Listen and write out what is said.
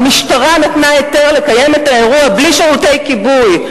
והמשטרה נתנה היתר לקיים את האירוע בלי שירותי כיבוי.